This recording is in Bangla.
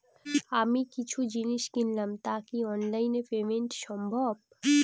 আমি কিছু জিনিস কিনলাম টা কি অনলাইন এ পেমেন্ট সম্বভ?